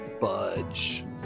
budge